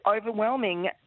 overwhelming